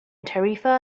tarifa